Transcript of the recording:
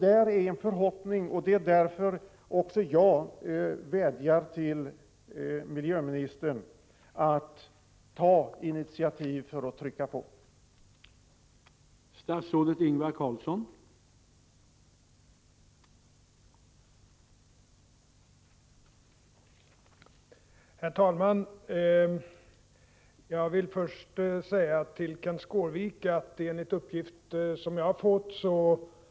Det är en förhoppning att så skall bli fallet, och därför vädjar också jag till miljöministern att ta initiativ för att trycka på norrmännen.